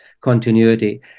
continuity